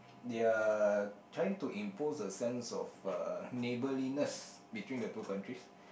they are trying to impose a sense of uh neighborliness between the two countries